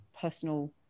personal